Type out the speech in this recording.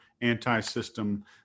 anti-system